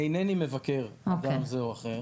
אינני מבקר אדם זה או אחר.